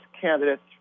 candidates